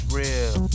real